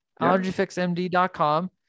allergyfixmd.com